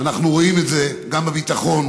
אנחנו רואים את זה גם בביטחון,